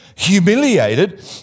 Humiliated